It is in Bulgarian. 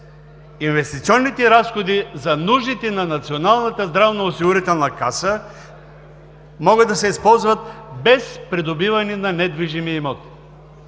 „инвестиционните разходи за нуждите на Националната здравноосигурителна каса могат да се използват без придобиване на недвижим имот.“